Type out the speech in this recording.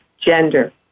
gender